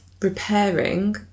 repairing